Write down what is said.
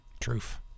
Truth